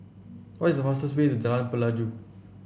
what is the fastest way to Jalan Pelajau